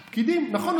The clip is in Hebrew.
פקידים, נכון.